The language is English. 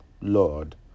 Lord